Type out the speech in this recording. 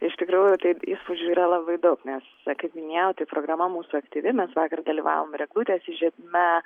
iš tikrųjų taip įspūdžių yra labai daug nes kaip minėjau tai programa mūsų aktyvi mes vakar dalyvavom ir eglutės įžiebime